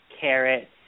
carrot